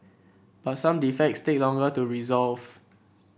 but some defects take longer to resolve